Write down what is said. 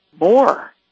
more